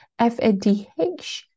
FADH